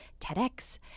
TEDx